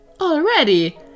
already